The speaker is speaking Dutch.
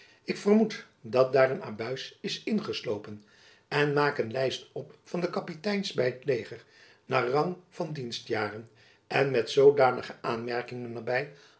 ik vermoed dat daar een abuis is ingeslopen en maak een lijst op van de kapiteins by het leger naar rang van dienstjaren en met zoodanige aanmerkingen er by